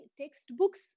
textbooks